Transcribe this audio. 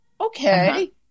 okay